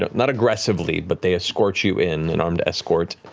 not aggressively, but they escort you in, an armed escort,